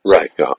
Right